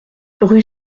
rue